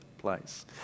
place